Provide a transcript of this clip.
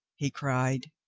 he cried.